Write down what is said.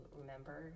remember